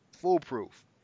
foolproof